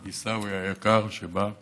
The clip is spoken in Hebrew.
עיסאווי היקר, שבא עכשיו,